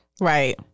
Right